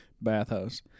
bathhouse